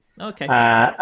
Okay